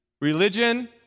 Religion